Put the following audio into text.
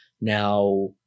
Now